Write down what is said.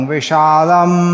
Vishalam